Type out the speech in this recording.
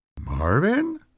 Marvin